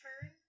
turn